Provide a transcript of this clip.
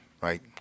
right